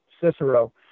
Cicero